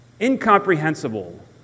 Incomprehensible